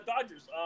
Dodgers